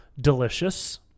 delicious